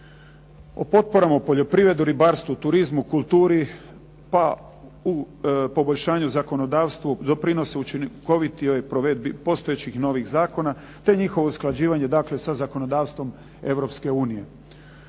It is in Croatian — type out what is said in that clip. O potporama u poljoprivredi, ribarstvu, turizmu, kulturi, pa u poboljšanju zakonodavstvu, doprinosu učinkovitijoj provedbi postojećih novih zakona, te njihovo usklađivanje sa zakonodavstvom